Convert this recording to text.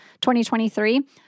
2023